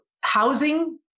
housing